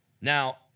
Now